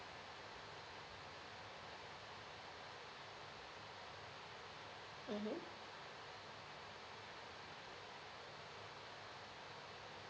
mmhmm